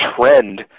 trend